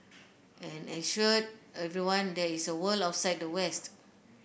and assured everyone there is a world outside the west